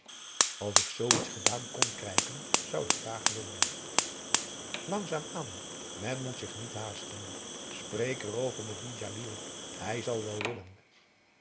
als ik zoo iets gedaan kon krijgen zou ik graag willen langzaam aan men moet zich niet haasten spreek er over met dien djalil hij zal wel willen